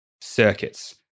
circuits